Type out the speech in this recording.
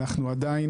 אנחנו עדיין,